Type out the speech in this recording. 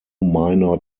minor